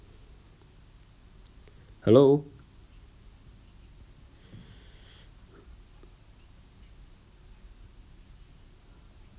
hello